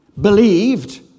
believed